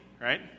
right